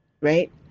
right